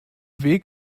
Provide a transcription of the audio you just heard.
weg